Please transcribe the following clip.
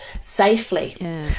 safely